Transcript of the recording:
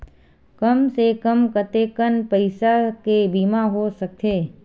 कम से कम कतेकन पईसा के बीमा हो सकथे?